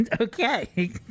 okay